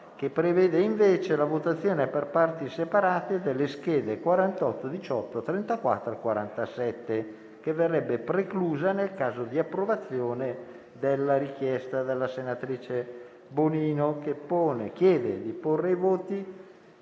che prevede la votazione per parti separate delle schede nn. 48, 18, 34 e 47, che verrebbe preclusa nel caso di approvazione della richiesta della senatrice Bonino. Qualcuno è contrario?